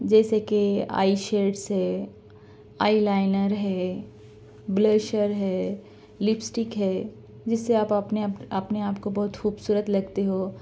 جیسے کہ eye shades ہے آئی لائنر ہے بلیشر ہے لپسٹک ہے جس سے آپ اپنے اپنے آپ کو بہت خوبصورت لگتے ہو